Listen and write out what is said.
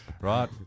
Right